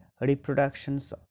reproductions